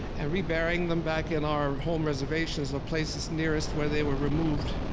and reburying them back in our home reservations, or a place that's nearest where they were removed.